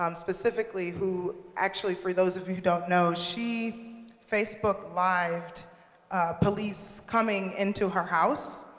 um specifically, who actually, for those of you who don't know, she facebook lived police coming into her house.